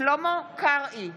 שלמה קרעי,